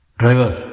driver